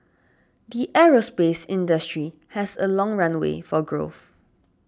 the aerospace industry has a long runway for growth